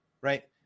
right